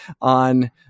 on